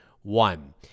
one